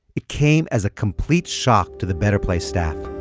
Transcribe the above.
it came as a complete shock to the better place staff